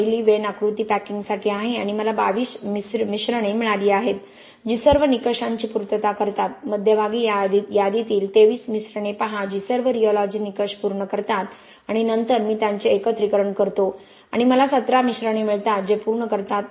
पहिला वेन आकृती पॅकिंगसाठी आहे आणि मला 22 मिश्रणे मिळाली आहेत जी सर्व निकषांची पूर्तता करतात मध्यभागी या यादीतील 23 मिश्रणे पाहा जी सर्व रीऑलॉजी निकष पूर्ण करतात आणि नंतर मी त्यांचे एकत्रीकरण करतो आणि मला 17 मिश्रणे मिळतात जे पूर्ण करतात